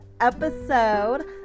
episode